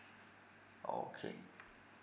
okay